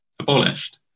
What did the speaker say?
abolished